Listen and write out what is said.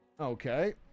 okay